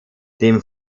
dem